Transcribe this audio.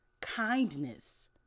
kindness